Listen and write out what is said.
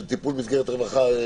של טיפול במסגרת רווחה.